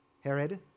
Herod